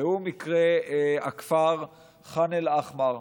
ראו מקרה הכפר ח'אן אל-אחמר: